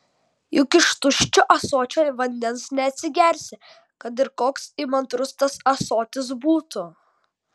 juk iš tuščio ąsočio vandens neatsigersi kad ir koks įmantrus tas ąsotis būtų